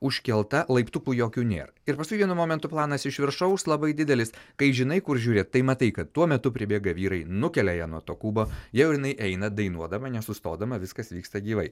užkelta laiptukų jokių nėr ir paskui vienu momentu planas iš viršaus labai didelis kai žinai kur žiūrėt tai matai kad tuo metu pribėga vyrai nukelia ją nuo to kubo jau jinai eina dainuodama nesustodama viskas vyksta gyvai